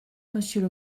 monsieur